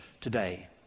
today